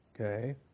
Okay